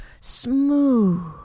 smooth